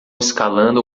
escalando